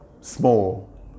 small